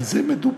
על זה מדובר.